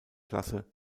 klasse